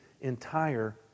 entire